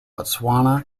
botswana